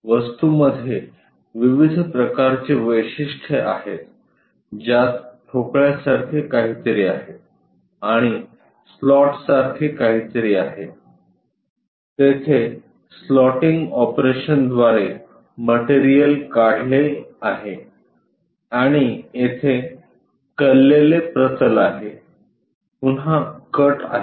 वस्तूमध्ये विविध प्रकारची वैशिष्ट्ये आहेत ज्यात ठोकळ्यासारखे काहीतरी आहे आणि स्लॉटसारखे काहीतरी आहे तेथे स्लॉटिंग ऑपरेशनद्वारे मटेरियल काढले आहे आणि तेथे कललेले प्रतल आहे पुन्हा कट आहे